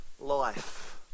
life